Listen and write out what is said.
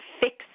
fix